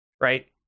Right